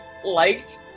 liked